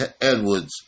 Edwards